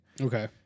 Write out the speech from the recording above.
Okay